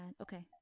Okay